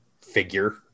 figure